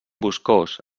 boscós